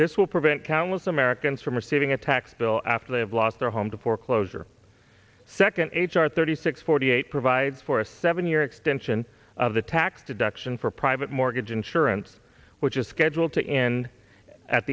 this will prevent countless americans from receiving a tax bill after they have lost their home to foreclosure second h r thirty six forty eight provides for a seven year extension of the tax deduction for private mortgage insurance which is scheduled to end at